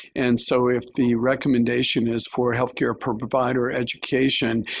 and so if the recommendation is for healthcare provider education,